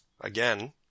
again